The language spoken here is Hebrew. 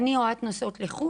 כשאני או את נוסעות לחו"ל,